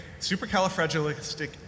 supercalifragilistic